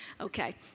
Okay